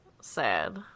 sad